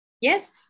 Yes